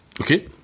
Okay